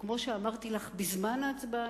וכמו שאמרתי לך בזמן ההצבעה,